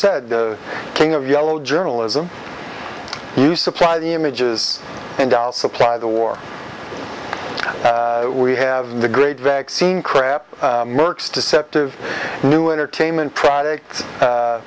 said the king of yellow journalism you supply the images and i'll supply the war we have the great vaccine crap mercs deceptive new entertainment product